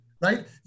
right